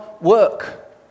work